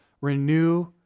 renew